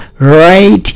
right